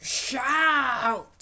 shout